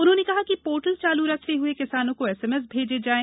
उन्होंने कहा कि पोर्टल चालू रखते हुए किसानों को एसएमएस भेजे जायें